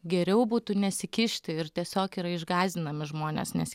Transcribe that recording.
geriau būtų nesikišti ir tiesiog yra išgąsdinami žmonės nes